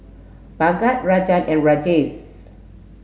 Bhagat Rajan and Rajesh